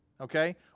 okay